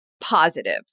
positive